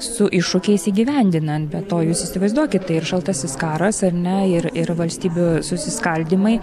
su iššūkiais įgyvendinant be to jūs įsivaizduokit tai ir šaltasis karas ar ne ir ir valstybių susiskaldymai